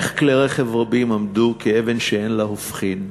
ואיך כלי רכב רבים עמדו כאבן שאין לה הופכין,